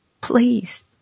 please